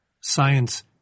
science